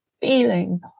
feeling